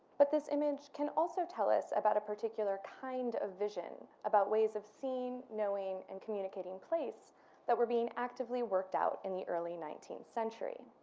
but this image can also tell us about a particular kind of vision about ways of seeing, knowing, and communicating place that were being actively worked out in the early nineteenth century.